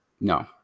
No